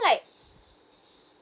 like